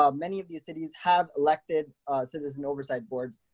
um many of these cities have elected citizen oversight boards,